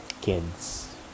kids